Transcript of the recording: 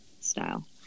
style